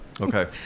Okay